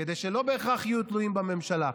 כדי שלא בהכרח יהיו תלויים בממשלה,